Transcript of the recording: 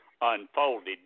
unfolded